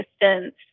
distance